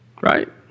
Right